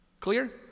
Clear